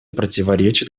противоречит